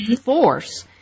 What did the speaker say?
force